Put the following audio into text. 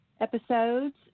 episodes